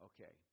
Okay